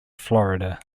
florida